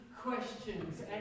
questions